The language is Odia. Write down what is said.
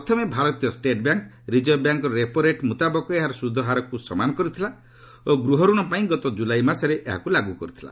ପ୍ରଥମେ ଭାରତୀୟ ଷ୍ଟେଟ୍ ବ୍ୟାଙ୍କ୍ ରିକର୍ଭ ବ୍ୟାଙ୍କ୍ର ରେପୋରେଟ୍ ମୁତାବକ ଏହାର ସୁଧହାରକୁ ସମାନ କରିଥିଲା ଓ ଗୃହ ରଣ ପାଇଁ ଗତ ଜୁଲାଇ ମାସରେ ଏହାକୁ ଲାଗୁ କରିଥିଲା